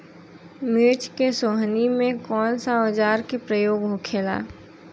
मिर्च के सोहनी में कौन सा औजार के प्रयोग होखेला?